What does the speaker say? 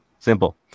simple